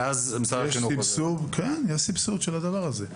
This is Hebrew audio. יש סבסוד של הדבר הזה.